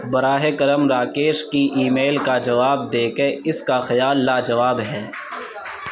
براہ کرم راکیش کی ای میل کا جواب دے کہ اس کا خیال لاجواب ہے